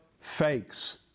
fakes